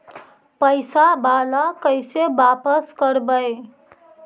पैसा बाला कैसे बापस करबय?